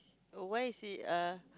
oh why is he err